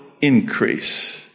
increase